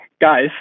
guys